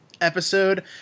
episode